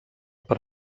per